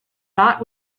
not